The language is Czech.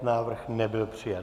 Návrh nebyl přijat.